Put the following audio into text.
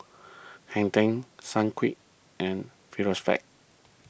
Hang ten Sunquick and